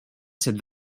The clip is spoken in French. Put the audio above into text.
cette